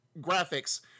graphics